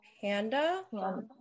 Panda